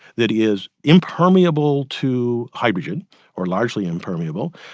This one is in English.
that is impermeable to hydrogen or largely impermeable,